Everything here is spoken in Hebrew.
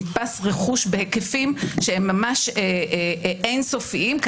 נתפס רכוש בהיקפים שהם ממש אין סופיים.